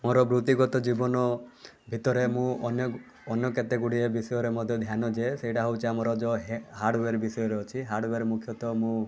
ମୋର ବୃତ୍ତିଗତ ଜୀବନ ଭିତରେ ମୁଁ ଅନେକ ଅନ୍ୟ କେତେଗୁଡ଼ିଏ ବିଷୟରେ ମଧ୍ୟ ଧ୍ୟାନ ଦିଏ ସେଇଟା ହେଉଛି ଆମର ଯେଉଁ ୟେ ହାର୍ଡ଼ଓ୍ୱେର୍ ବିଷୟରେ ଅଛି ହାର୍ଡ଼ଓ୍ୱେର୍ ମୁଖ୍ୟତଃ ମୁଁ